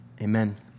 Amen